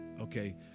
okay